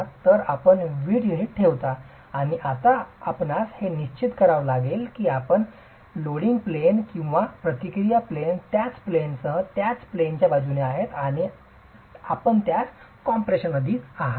तर आपण वीट युनिट ठेवता आणि आता आपणास हे निश्चित करावे लागेल की आपले लोडिंग प्लेन आणि प्रतिक्रिया प्लेन त्याच प्लेनसह त्याच प्लेनच्या बाजूने आहेत आणि आपण त्यास कॉम्प्रेशनच्या अधीन आहात